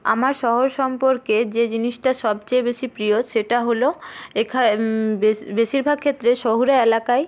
আমার শহর সম্পর্কে যে জিনিসটা সবচেয়ে বেশি প্রিয় সেটা হলো এখা বেশি বেশিরভাগ ক্ষেত্রে শহুরে এলাকায়